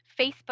Facebook